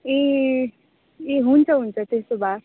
ए हुन्छ हुन्छ त्यसो भए